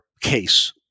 case